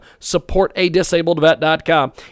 supportadisabledvet.com